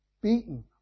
beaten